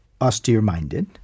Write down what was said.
austere-minded